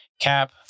Cap